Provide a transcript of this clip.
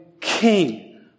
king